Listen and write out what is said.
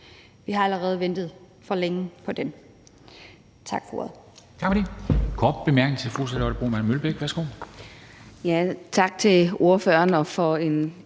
Vi har allerede ventet for længe på dem.